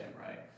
right